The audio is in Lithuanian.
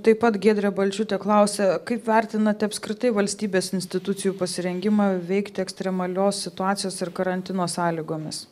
taip pat giedrė balčiūtė klausia kaip vertinate apskritai valstybės institucijų pasirengimą veikti ekstremalios situacijos ir karantino sąlygomis